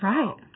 Right